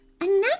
Another